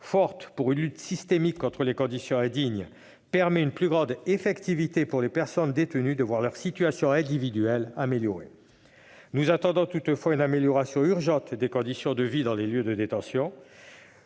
forte, pour une lutte systémique contre les conditions indignes, elle permet une plus grande effectivité pour les personnes détenues de voir leur situation individuelle s'améliorer. Nous attendons toutefois une amélioration urgente des conditions de vie dans les lieux de détention,